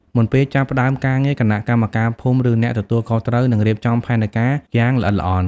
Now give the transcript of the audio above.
មុនពេលចាប់ផ្ដើមការងារ គណៈកម្មការភូមិ ឬអ្នកទទួលខុសត្រូវ នឹងរៀបចំផែនការយ៉ាងល្អិតល្អន់។